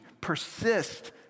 Persist